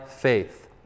faith